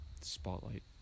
spotlight